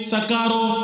Sakaro